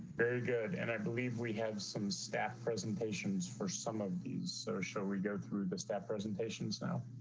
very good. and i believe we have some staff presentations for some of these. so shall we go through the staff presentations. now,